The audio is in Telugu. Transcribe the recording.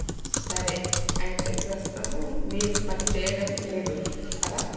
సరే అయితే ప్రస్తుతం మీరు పని చేయడం లేదు కదా